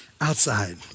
outside